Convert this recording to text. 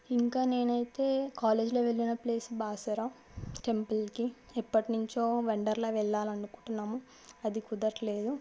ఇంక నేనైతే కాలేజ్లో వెళ్ళిన ప్లేస్ బాసర టెంపుల్కి ఎప్పటి నుంచి వండర్లా వెళ్ళాలి అనునుకుంటున్నాము అది కుదర్లేదు